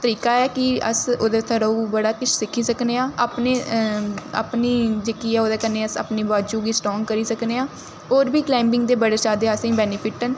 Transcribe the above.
तरीका ऐ कि अस ओह्दे थ्रू बड़ा किश सिक्खी सकने आं अपनी अपनी जेह्की ऐ ओह्दे कन्नै अस अपनी बाजू गी स्ट्रांग करी सकने आं होर बी क्लाइंबिग दे बड़े जैदा असें गी बैनफिट न